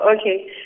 okay